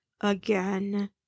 again